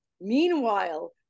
Meanwhile